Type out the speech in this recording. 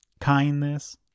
kindness